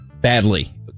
badly